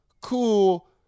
cool